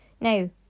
Now